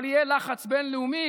אבל יהיה לחץ בין-לאומי,